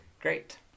great